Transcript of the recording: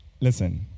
Listen